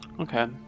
Okay